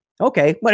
Okay